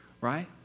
right